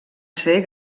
ser